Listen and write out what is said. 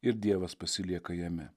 ir dievas pasilieka jame